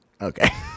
Okay